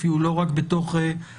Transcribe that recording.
אפילו לא רק בתוך הקואליציה,